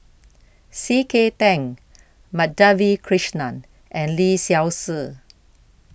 C K Tang Madhavi Krishnan and Lee Seow Ser